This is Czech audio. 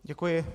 Děkuji.